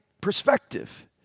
perspective